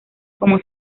como